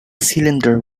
cylinder